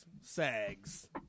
Sags